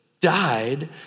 died